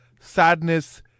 sadness